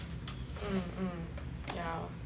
mm mm yeah